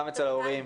גם אצל ההורים.